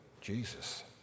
Jesus